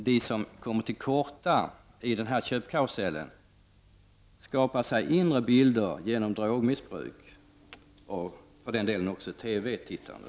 De som kommer till korta i den här köpkarusellen skapar sig inre bilder genom drogmissbruk — och för den delen också genom TV-tittande.